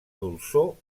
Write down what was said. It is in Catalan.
dolçor